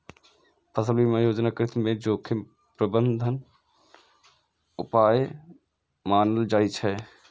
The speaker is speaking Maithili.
फसल बीमा योजना कृषि मे जोखिम प्रबंधन उपाय मानल जाइ छै